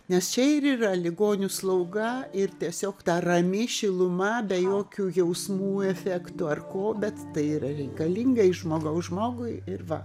nes čia ir yra ligonių slauga ir tiesiog ta rami šiluma be jokių jausmų efektų ar ko bet tai yra reikalinga iš žmogaus žmogui ir va